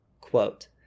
Quote